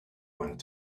went